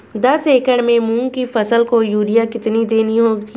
दस एकड़ में मूंग की फसल को यूरिया कितनी देनी होगी?